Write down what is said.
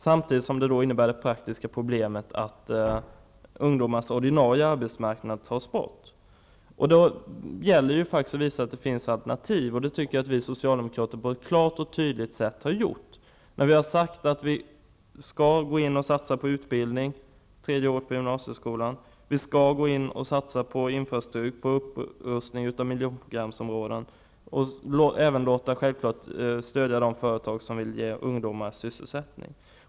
Samtidigt får vi det praktiska problemet att ungdomars ordinarie arbetsmarknad tas bort. Det gäller då att visa att det finns alternativ. Det tycker jag att vi socialdemokrater har gjort på ett klart och tydligt sätt. Vi har sagt att vi skall satsa på utbildning, på det tredje året på gymnasieskolan. Vi skall satsa på infrastrukturen, på upprustning av miljonprogramsområden och självfallet stödja de företag som vill ge ungdomar sysselsättning.